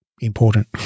important